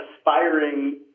aspiring